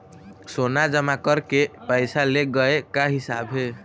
सोना जमा करके पैसा ले गए का हिसाब हे?